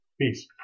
Peace